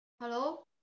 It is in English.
Hello